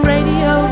Radio